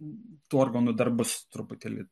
tų organų dar bus truputėlį